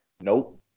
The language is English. Nope